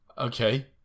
Okay